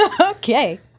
okay